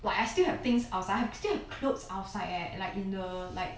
like I still have things outside I still have clothes outside eh like in the